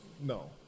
no